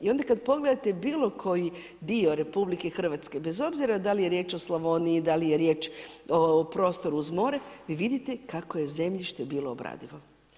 I onda kada pogledate bilo koji dio RH, bez obzira da li je riječ o Slavoniji, da li je riječ o prostoru uz more vi vidite kako je zemljište bilo obradivo.